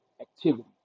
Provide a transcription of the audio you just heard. activity